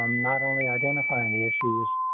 not only identifying the issues,